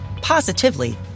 positively